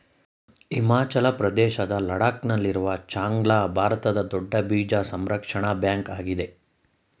ಹಿಮಾಚಲ ಪ್ರದೇಶದ ಲಡಾಕ್ ನಲ್ಲಿರುವ ಚಾಂಗ್ಲ ಲಾ ಭಾರತದ ದೊಡ್ಡ ಬೀಜ ಸಂರಕ್ಷಣಾ ಬ್ಯಾಂಕ್ ಆಗಿದೆ